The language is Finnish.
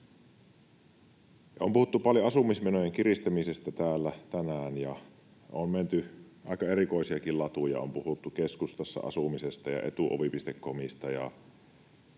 On puhuttu paljon asumismenojen kiristämisestä täällä tänään ja on menty aika erikoisiakin latuja: on puhuttu keskustassa asumisesta ja Etuovi.comista